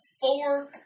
four